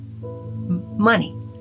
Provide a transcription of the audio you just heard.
money